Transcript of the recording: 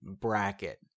bracket